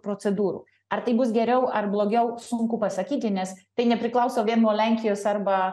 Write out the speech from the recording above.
procedūrų ar tai bus geriau ar blogiau sunku pasakyti nes tai nepriklauso nuo lenkijos arba